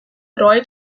roy